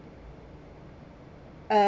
uh